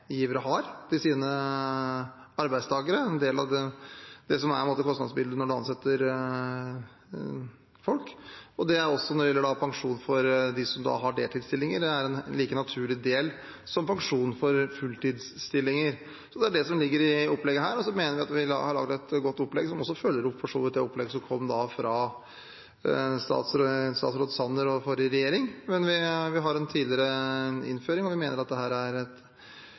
har til sine arbeidstakere. Det er en del av det som er kostnadsbildet når man ansetter folk. Det gjelder også pensjon for dem som har deltidsstillinger. Det er en like naturlig del som pensjon for fulltidsstillinger. Det er det som ligger i opplegget her. Vi mener at vi har laget et godt opplegg, som for så vidt følger opp opplegget fra statsråd Sanner og forrige regjering, men vi har en tidligere innføring. Vi mener dette er en god sosial reform som gjør at flere får trygghet for sin alderdom den dagen de blir eldre. Vi er